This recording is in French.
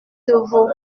devaux